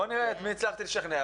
בואו נראה את מי הצלחתי לשכנע.